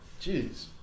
Jeez